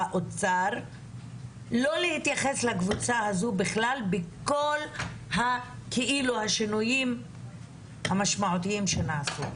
לא להתייחס בכלל לקבוצה הזאת בכל השינויים המשמעותיים שנעשו?